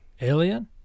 Alien